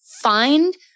Find